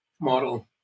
model